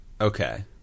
Okay